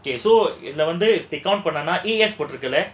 okay so இதுல வந்து:idhula vandhu E_S போட்ருக்குல:potrukkula